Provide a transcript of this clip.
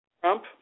Trump